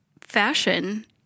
fashion